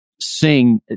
sing